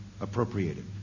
appropriated